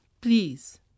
please